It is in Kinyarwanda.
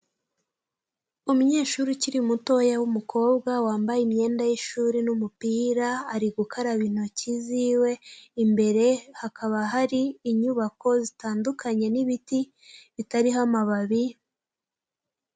Umunyeshuri ukiri mutoya w'umukobwa, wambaye imyenda y'ishuri n'umupira, ari gukaraba intoki ziwe, imbere hakaba hari inyubako zitandukanye n'ibiti bitariho amababi